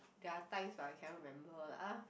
there are times but I cannot remember lah